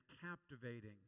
captivating